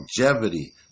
longevity